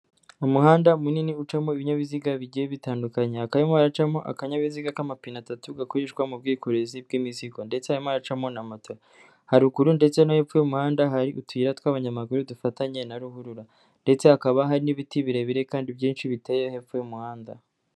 Umuhanda munini ucamo ibinyabiziga bigiye bitandukanye. Hakaba harimo haracamo akanyabiziga k'amapine atatu gakoreshwa mu bwikorezi bw'imizigo, ndetse harimo haracamo na mato. Haruguru ndetse no hepfo y'umuhanda hari utuyira tw'abanyamaguru dufatanye na ruhurura. Ndetse hakaba hari n'ibiti birebire kandi byinshi biteye hepfo y'umuhanda.